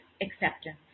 acceptance